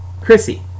Chrissy